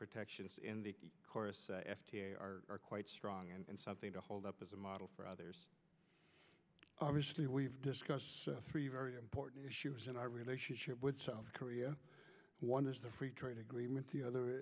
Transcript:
protections in the chorus are quite strong and something to hold up as a model for others obviously we've discussed three very important issues in our relationship with south korea one is the free trade agreement the other